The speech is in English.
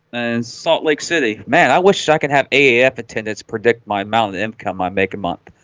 and salt lake city, man i wish i can have a ef attendants predict my mountain income. i make a month.